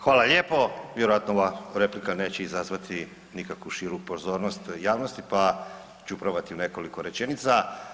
Hvala lijepo, vjerojatno ova replika neće izazvati nikakvu širu pozornost javnosti pa ću probati u nekoliko rečenica.